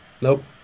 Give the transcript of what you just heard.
Nope